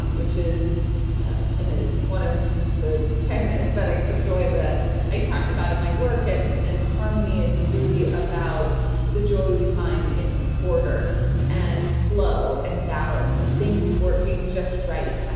um which is and one of the ten aesthetics of joy that i talked about in my work. and and harmony is really about the joy we find in order and flow and balance and things working just right.